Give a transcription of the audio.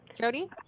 Jody